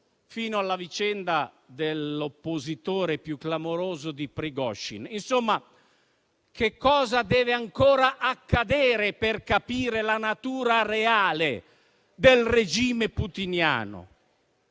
fino alla vicenda dell'oppositore più clamoroso, Prigozhin. Che cosa deve ancora accadere per capire la natura reale del regime putiniano?